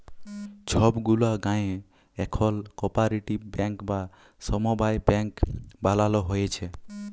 ছব গুলা গায়েঁ এখল কপারেটিভ ব্যাংক বা সমবায় ব্যাংক বালালো হ্যয়েছে